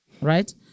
Right